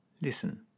listen